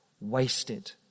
wasted